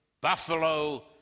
buffalo